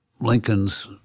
Lincoln's